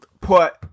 put